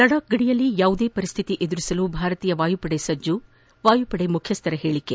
ಲಡಾಕ್ ಗಡಿಯಲ್ಲಿ ಯಾವುದೇ ಪರಿಸ್ತಿತಿ ಎದುರಿಸಲು ಭಾರತೀಯ ವಾಯುಪಡೆ ಸಜ್ಜು ವಾಯುಪಡೆ ಮುಖ್ಚಿಸ್ತರ ಹೇಳಿಕೆ